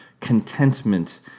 contentment